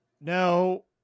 No